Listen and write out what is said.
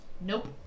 nope